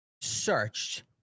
searched